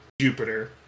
Jupiter